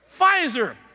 Pfizer